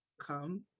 come